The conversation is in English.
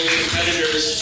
competitors